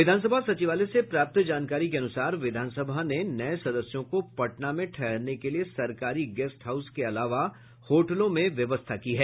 विधानसभा सचिवालय से प्राप्त जानकारी के अनुसार विधानसभा ने नये सदस्यों को पटना में ठहरने के लिये सरकारी गेस्ट हाउस के अलावा होटलों में व्यवस्था की है